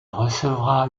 recevra